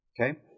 Okay